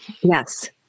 Yes